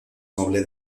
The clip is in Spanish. noble